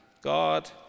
God